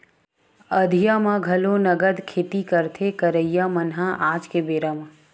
अंधिया म घलो नंगत खेती करथे करइया मन ह आज के बेरा म